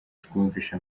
twumvise